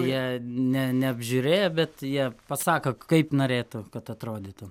jie ne neapžiūrėję bet jie pasako kaip norėtų kad atrodytų